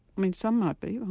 i mean some might be,